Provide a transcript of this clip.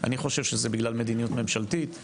אני חושב שזה בגלל מדיניות ממשלתית.